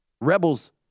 Rebels